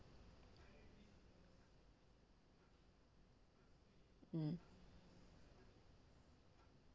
mm